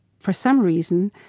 for some reason,